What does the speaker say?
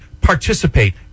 participate